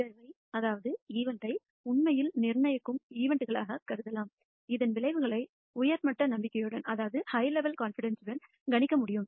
நிகழ்வை உண்மையில் நிர்ணயிக்கும் நிகழ்வுகளாகக் கருதலாம் அதன் விளைவுகளை உயர் மட்ட நம்பிக்கையுடன் கணிக்க முடியும்